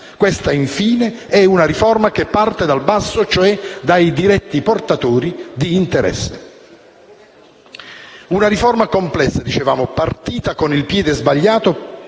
Questa, infine, è una riforma che parte dal basso e, cioè, dai diretti portatori di interessi. È una riforma complessa, partita con il piede sbagliato: